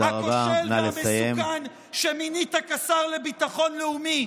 הכושל והמסוכן שמינית כשר לביטחון לאומי,